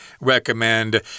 recommend